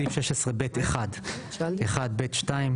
בסעיף 16(ב1)(1)(ב)(2),